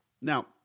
Now